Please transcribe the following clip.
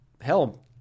Hell